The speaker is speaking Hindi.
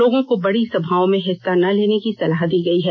लोगों को बड़ी सभाओं में हिस्सा न लेने की सलाह दी गई है